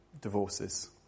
divorces